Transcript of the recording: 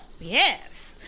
Yes